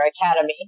Academy